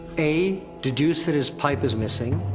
a deduce that his pipe is missing.